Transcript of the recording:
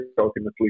ultimately